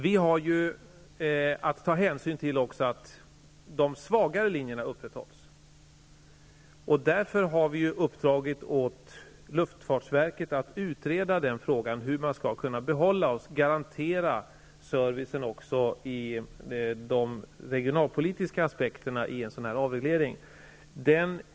Vi har även att ta hänsyn till att de svagare linjerna upprätthålls. Därför har vi uppdragit åt luftfartsverket att utreda den frågan, dvs. hur man skall kunna behålla och garantera service med utgångspunkt i regionalpolitiska aspekter i en sådan avreglering.